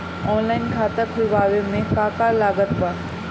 Online खाता खुलवावे मे का का लागत बा?